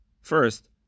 First